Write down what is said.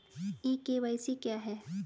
ई KYC क्या है?